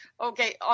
Okay